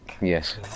Yes